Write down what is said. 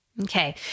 Okay